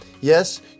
Yes